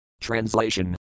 Translation